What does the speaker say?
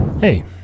Hey